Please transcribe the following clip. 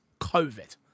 covid